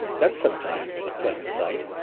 that's sometimes a pleasant sight.